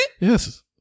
Yes